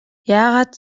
яагаад